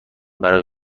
برای